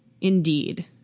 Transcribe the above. Indeed